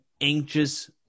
anxious